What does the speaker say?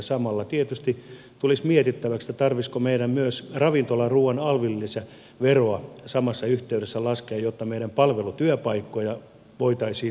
samalla tietysti tulisi mietittäväksi tarvitsisiko meidän myös ravintolaruuan arvonlisäveroa samassa yhteydessä laskea jotta meidän palvelutyöpaikkoja voitaisiin lisätä